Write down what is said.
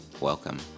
welcome